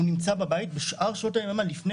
הוא מצא בבית,